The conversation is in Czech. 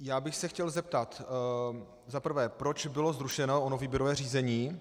Já bych se chtěl zeptat za prvé, proč bylo zrušeno ono výběrové řízení.